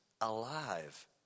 alive